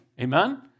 Amen